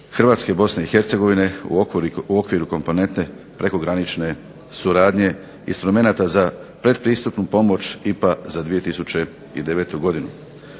Hrvatske i Bosne i Hercegovine u okviru komponente prekogranične suradnje, instrumenata za pretpristupnu pomoć IPA za 2009. godinu.